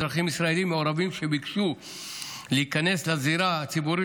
אזרחים ישראלים מעורבים שביקשו להיכנס לזירה הציבורית